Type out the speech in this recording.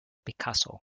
picasso